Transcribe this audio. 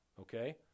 okay